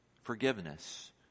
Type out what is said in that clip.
forgiveness